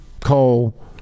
coal